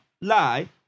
Lie